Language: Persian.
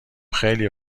خیلی